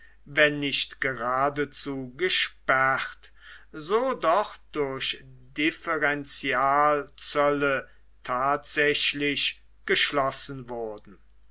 wenn nicht geradezu gesperrt so doch durch differenzialzölle tatsächlich geschlossen wurden